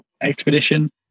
expedition